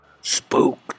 Spooked